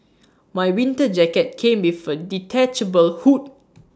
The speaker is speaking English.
my winter jacket came with A detachable hood